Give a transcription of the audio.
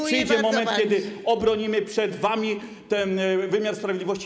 przyjdzie moment, kiedy obronimy przed wami ten wymiar sprawiedliwości.